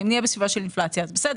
אם נהיה בסביבה של אינפלציה, אז בסדר,